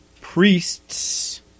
priests